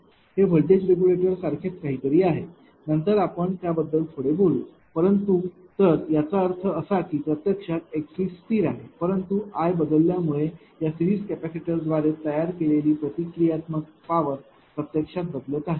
हे voltage regulator सारखेच काहीतरी आहे नंतर आपण त्याबद्दल थोडे बोलू परंतु तर याचा अर्थ असा की प्रत्यक्षात xC स्थिर आहे परंतु I बदलल्यामुळे या सिरीज कॅपेसिटरद्वारे तयार केलेली प्रतिक्रियात्मक पॉवर प्रत्यक्षात बदलत आहे